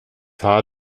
haar